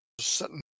Sitting